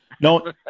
No